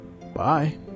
Bye